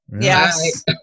Yes